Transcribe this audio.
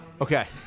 Okay